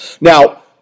Now